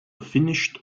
finished